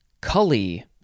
Cully